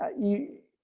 you,